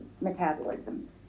metabolism